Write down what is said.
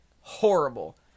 Horrible